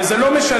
וזה לא משנה,